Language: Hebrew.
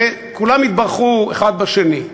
וכולם התברכו אחד בשני.